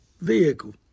vehicle